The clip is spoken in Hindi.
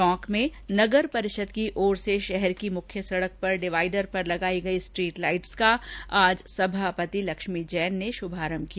टोंक में नगर परिषद की ओर से शहर की मुख्य सड़क पर डिवाइडर पर लगाई गई स्ट्रीट लाइट्स का आज सभापति लक्ष्मी जैन ने शुभारंभ किया